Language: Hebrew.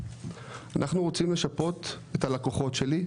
אנחנו רוצים לשפות את הלקוחות שלי,